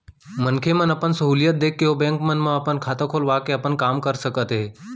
मनखे मन अपन सहूलियत देख के ओ बेंक मन म अपन खाता खोलवा के अपन काम कर सकत हें